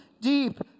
deep